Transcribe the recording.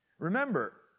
Remember